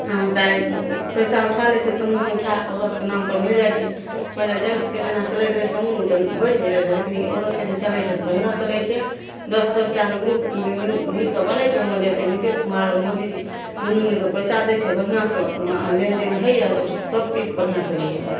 अहाँके आइ पइसा उठै लै छिए समूहसे उठै औरतके नामपर मिलि जाइ छै पहिले जेन्ट्सके जेना चलैत रहलै समूह तऽ बैठि गेलै रहै लेकिन ई औरतके जे चलै छै तऽ बढ़िआँ चलै छै दस दस टाके ग्रुप मिलि मिलिके बनै छै ओहिमे जे छै नितीश कुमार आओर मोदीजी दुनू मिलिके पइसा दै छै बढ़िआँसे ओहिमे आम लेनदेन होइए आओर सबचीज बढ़िआँ चलैए एहिमे